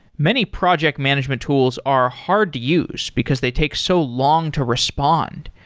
many project management tools are hard to use, because they take so long to respond.